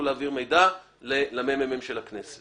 להעביר מידע למרכז המידע והמחקר של הכנסת.